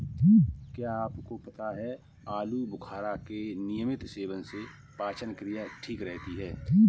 क्या आपको पता है आलूबुखारा के नियमित सेवन से पाचन क्रिया ठीक रहती है?